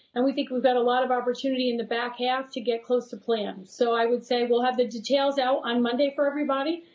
and we think we've got a lot of opportunity in the back half to get close to plan. so i would say we'll have the details out on monday for everybody.